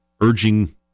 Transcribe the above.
urging